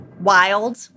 Wild